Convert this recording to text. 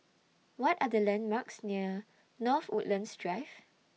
What Are The landmarks near North Woodlands Drive